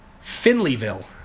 Finleyville